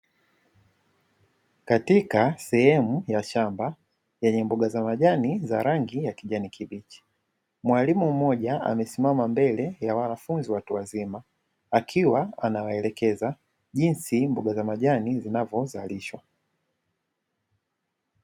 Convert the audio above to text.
Katika sehemu ya shamba yenye mboga za majani za rangi ya kijani kibichi, mwalimu mmoja amesimama mbele ya wanafunzi watu wazima, akiwa anawaelekeza jinsi mboga za majani zinavyozalishwa.